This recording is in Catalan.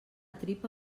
tripa